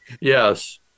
yes